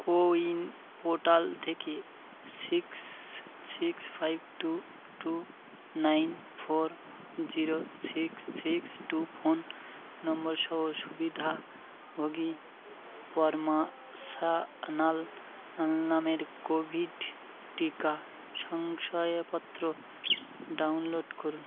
কো win portal থেকে six six five two two nine four zero six six two phone number সহ সুবিধাভোগী পরমা সান্যাল আল নামের কোভিড টিকা শংসাপত্র ডাউনলোড করুন